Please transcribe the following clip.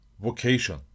vocation